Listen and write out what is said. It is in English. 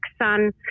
sun